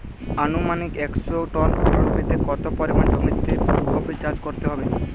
আনুমানিক একশো টন ফলন পেতে কত পরিমাণ জমিতে ফুলকপির চাষ করতে হবে?